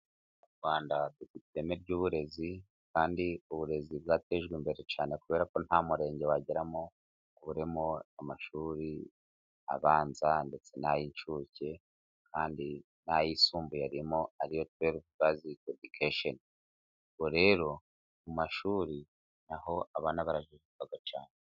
Mu Rwanda dufite ireme ry'uburezi kandi uburezi bwatejwe imbere cyane. Kubera ko nta Murenge wageramo ngo uburemo amashuri abanza ndetse n'ay'inshuke, kandi n'ayisumbuye arimo ariyo tuwerive bazike edikesheni. Ubwo rero mu mashuri na ho abana barahiga cyane.